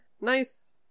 nice